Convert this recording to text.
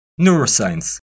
neuroscience